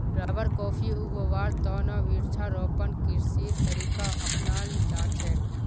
rubber, coffee उगव्वार त न वृक्षारोपण कृषिर तरीका अपनाल जा छेक